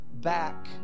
back